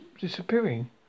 disappearing